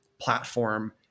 platform